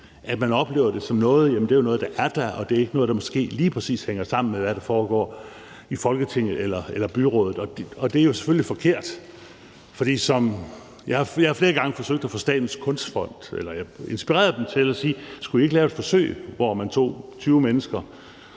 at man oplever det som, at det er noget, der er der, og at det ikke er sådan noget, der måske lige præcis hænger sammen med, hvad der foregår i Folketinget eller byrådet. Og det er selvfølgelig forkert. Jeg har flere gange forsøgt at inspirere Statens Kunstfond til, om de ikke skulle lave et forsøg, hvor man tog 20 mennesker